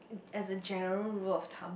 as general rule of thumb